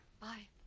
Bye